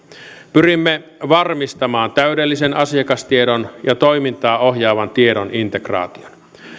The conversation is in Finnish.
pyrimme varmistamaan täydellinen asiakastiedon ja toimintaa ohjaavan tiedon integraation